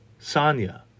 Sanya